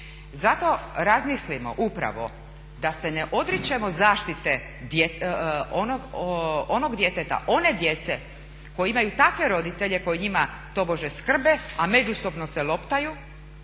Zato razmislimo upravo da se ne odričemo zaštite onog djeteta, one djece koji imaju takve roditelji koji njima tobože skrbe, a međusobno se loptaju,